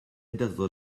dato